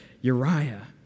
Uriah